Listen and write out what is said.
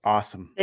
Awesome